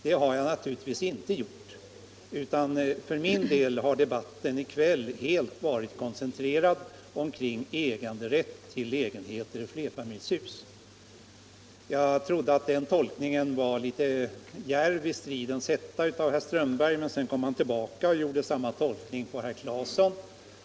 Det har jag naturligtvis inte gjort. För min del har debatten i kväll helt varit koncentrerad omkring äganderätt till lägenheter i flerfamiljshus. Jag trodde att herr Strömbergs tolkning var litet djärv och gjordes i stridens hetta, men sedan kom han tillbaka och gjorde samma tolkning av herr Claesons uttalande.